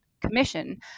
commission